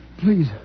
Please